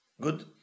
Good